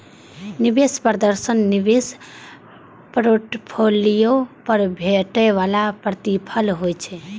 निवेश प्रदर्शन निवेश पोर्टफोलियो पर भेटै बला प्रतिफल होइ छै